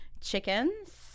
chickens